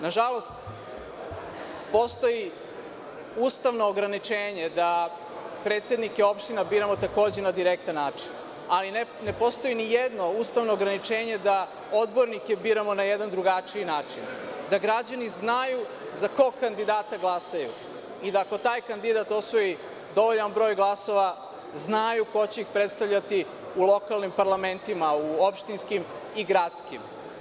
Nažalost, postoji ustavno ograničenje da predsednike opština biramo takođe na direktan način, ali ne postoji ni jedno ustavno ograničenje da odbornike biramo na jedan drugačiji način, da građani znaju za kog kandidata glasaju i da ako taj kandidat osvoji dovoljan broj glasova znaju ko će ih predstavljati u lokalnim parlamentima, u opštinskim i gradskim.